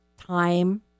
time